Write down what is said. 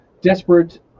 desperate